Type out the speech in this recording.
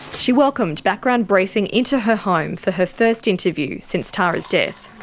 she welcomed background briefing into her home for her first interview since tara's death.